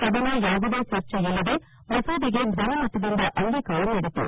ಸದನ ಯಾವುದೇ ಚರ್ಚೆ ಇಲ್ಲದೇ ಮಸೂದೆಗೆ ಧ್ವನಿ ಮತದಿಂದ ಅಂಗೀಕಾರ ನೀಡಿತು